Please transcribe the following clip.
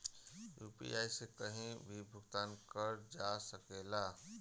UPI से कहीं भी भुगतान कर जा सकेला?